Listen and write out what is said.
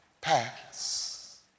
pass